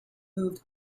moved